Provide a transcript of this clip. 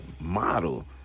model